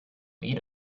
lead